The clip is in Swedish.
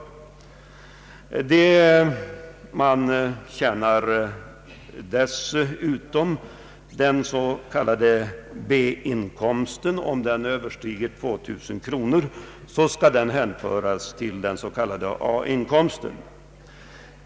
Om det man tjänar dessutom — den s.k. B-inkomsten — Överstiger 2 000 kronor skall denna inkomst hänföras till den s.k. A-inkomsten.